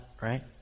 right